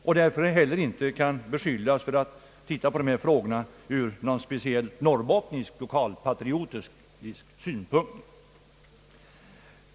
Den kan därför inte beskyllas för att se på dessa frågor ur någon speciellt norrbottnisk lokalpatriotisk synpunkt.